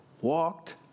walked